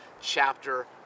chapter